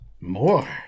more